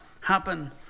happen